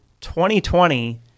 2020